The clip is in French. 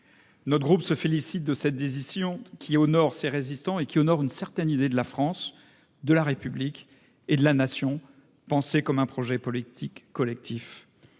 Notre groupe se félicite de cette décision, qui honore ces résistants et une certaine idée de la France, de la République et de la Nation, pensée comme un projet politique collectif.